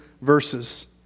verses